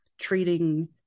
treating